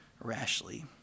rashly